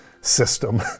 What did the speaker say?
system